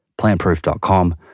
plantproof.com